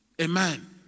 Amen